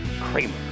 Kramer